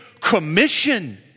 commission